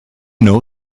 know